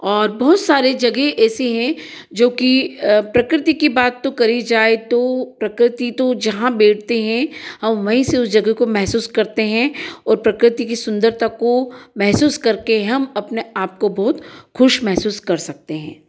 और बहुत सारे जगह ऐसे हैं जो कि प्रकृति की बात तो करी जाय तो प्रकृति तो जहाँ बैठते हैं हम वही से उस जगह को महसूस करते हैं और प्रकृति की सुंदरता को महसूस करके हम अपने आपको बहुत खुश महसूस कर सकते हैं